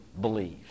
believe